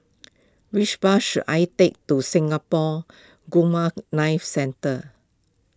which bus should I take to Singapore Gamma Knife Centre